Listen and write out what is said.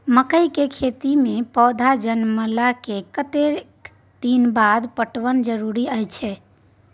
मकई के खेती मे पौधा जनमला के कतेक दिन बाद पटवन जरूरी अछि?